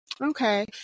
okay